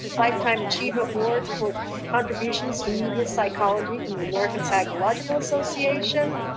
lifetime achievement award for contributions to media psychology from the american psychological association,